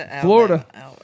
Florida